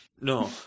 No